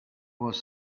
was